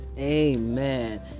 Amen